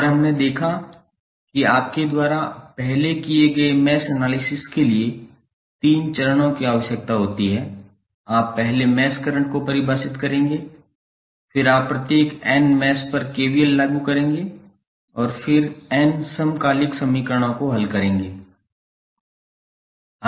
और हमने देखा कि आपके द्वारा पहले किए गए मैश एनालिसिस के लिए तीन चरणों की आवश्यकता होती है आप पहले मैश करंट को परिभाषित करेंगे फिर आप प्रत्येक n मैश पर KVL लागू करेंगे और फिर n समकालिक समीकरणों को हल करेंगे